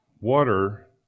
water